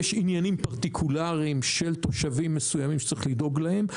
יש עניינים פרטיקולריים של תושבים מסוימים שצריך לדאוג להם.